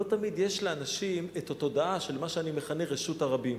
לא תמיד יש לאנשים התודעה של מה שאני מכנה רשות הרבים.